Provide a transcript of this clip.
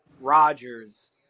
Rodgers